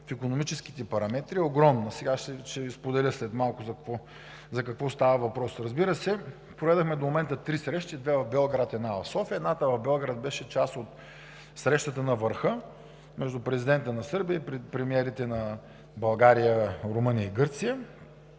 в икономическите параметри е огромна. Ще споделя след малко за какво става въпрос. До момента проведохме три срещи – две в Белград и една в София. Едната в Белград беше част от срещата на върха между президента на Сърбия и премиерите на България, Румъния и Гърция.